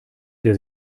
der